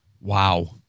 Wow